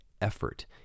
effort